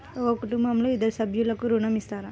ఒక కుటుంబంలో ఇద్దరు సభ్యులకు ఋణం ఇస్తారా?